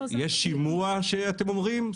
יש שימוע שאתם אומרים,